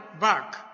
back